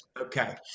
okay